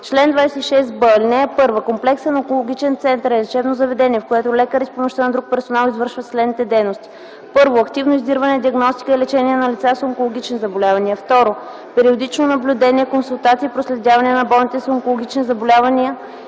Чл. 26б. (1) Комплексен онкологичен център е лечебно заведение, в което лекари с помощта на друг персонал извършват следните дейности: 1. активно издирване, диагностика и лечение на лица с онкологични заболявания; 2. периодично наблюдение, консултации и проследяване на болните с онкологични заболявания